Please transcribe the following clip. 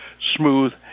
smooth